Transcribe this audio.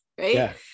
right